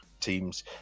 teams